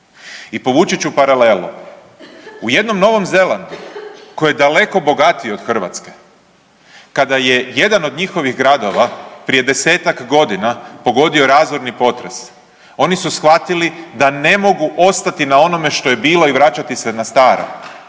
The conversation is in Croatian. I povući ću paralelu u jednom Novom Zelandu koji je daleko bogatiji od Hrvatske kada je jedan od njihovih gradova prije 10-tak godina pogodio razorni potres oni su shvatili da ne mogu ostati na onome što je bilo i vraćati se na staro,